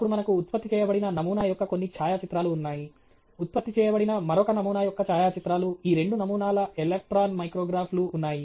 అప్పుడు మనకు ఉత్పత్తి చేయబడిన నమూనా యొక్క కొన్ని ఛాయాచిత్రాలు ఉన్నాయి ఉత్పత్తి చేయబడిన మరొక నమూనా యొక్క ఛాయాచిత్రాలు ఈ రెండు నమూనాల ఎలక్ట్రాన్ మైక్రోగ్రాఫ్ లు ఉన్నాయి